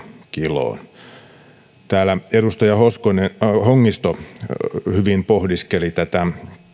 kiloon täällä edustaja hongisto hyvin pohdiskeli tätä